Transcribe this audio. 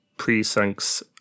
precincts